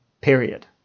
Period